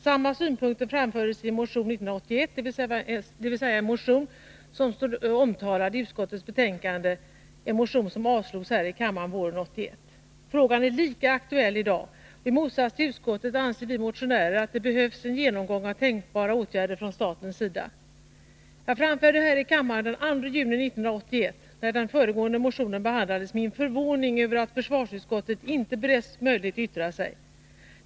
Samma synpunkter framfördes i en motion år 1981, dvs. en motion som står omtalad i utskottets betänkande och som avslogs här i kammaren våren 1981. Frågan är lika aktuell i dag, och i motsats till utskottet anser vi motionärer att det behövs en genomgång av tänkbara åtgärder från statens sida. Jag framförde här i kammaren den 2 juni 1981, när den föregående motionen behandlades, min förvåning över att försvarsutskottet inte beretts möjlighet yttra sig.